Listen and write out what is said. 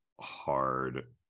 hard